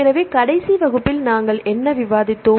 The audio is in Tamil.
எனவே கடைசி வகுப்பில் நாங்கள் என்ன விவாதித்தோம்